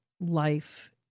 life